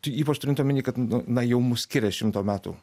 ypač turint omeny kad nu na jau mus skiria šimto metų